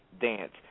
Dance